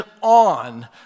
on